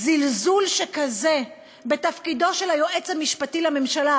זלזול שכזה בתפקידו של היועץ המשפטי לממשלה,